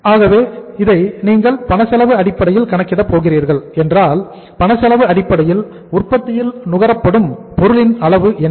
ஆகவே இதை நீங்கள் பணச்செலவு அடிப்படையில் கணக்கிட போகிறீர்கள் என்றால் பணச்செலவு அடிப்படையில் உற்பத்தியில் நுகரப்படும் பொருளின் அளவு என்ன